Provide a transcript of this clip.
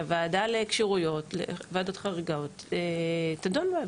והוועדה לפעולות חריגות תדון בהן.